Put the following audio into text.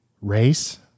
race